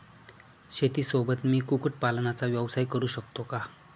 शेतीसोबत मी कुक्कुटपालनाचा व्यवसाय करु शकतो का?